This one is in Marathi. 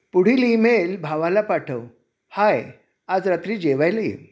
पुढील ईमेल भावाला पाठव हाय आज रात्री जेवायला ये